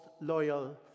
loyal